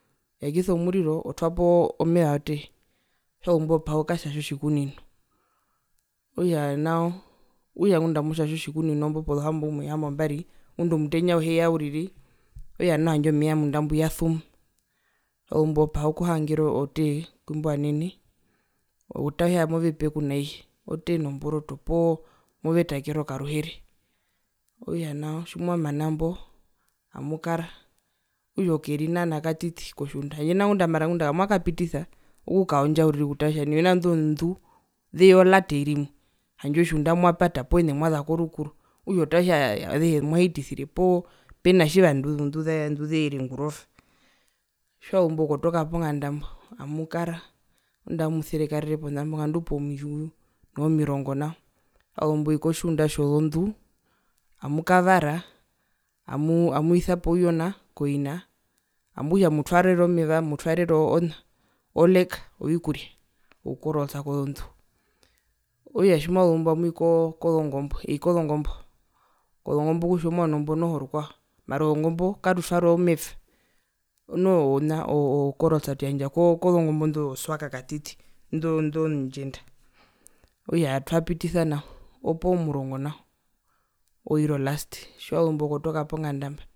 Eyakisa omuriro etwapo meva wotee, tjiwazumbo paha okukatjatja otjikunino, okutja nao okutja ngunda amotjatja otjikunino iumbo pozohamboumwe pozohambombari ngunda omutenya auhiyeya uriri okutja handje omeya munda mbwi yasuma hambo opaha okuhanga otee kwimbo vanene otara kutja movepe kunaiye otee nomboroto poo movetakere okaruhere, okutja nao tjimwamana mbo amukara okutja okerinana katiti kotjunda ngunda mara ngunda kamuyakapitisa okukaondja uriri okutaa kutja nai mena kutja indo zondu zeya olata oiri imwe tjandje otjunda mwapata poo ene mwazapo rukuru okutja otara kutja azehe mwahitisire poo pena tjiva ndu nduzeere ngurova tjiwazumbo kotoka ponganda mbo amukara ngunda mamuserekarere ponambo ngandu pomimvyu noo pomirongo nao tjazumbo oi kotjunda tjozondu amukavara amu amuisapo ouyona koina okutja mutwaerera omeya mutwaerera ona oleka ovikuria oukorolsa kozondu okutja tjimwazumbo amwi ko kozongombo ei kozongombo kozongombo okutja omwano mbo noho rukwao mara ozongombo katutwaerere omeva noho ona oukorolsa tuyandja kozongombo indo zo zoswaka katiti indo ndo zondjenda okutja twapitisa nao opomurongo nao oiri olaste tjiwazumbo kotoka ponganda mba.